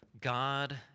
God